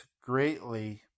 greatly